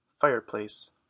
FIREPLACE